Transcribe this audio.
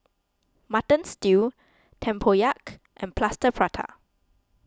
Mutton Stew Tempoyak and Plaster Prata